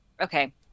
Okay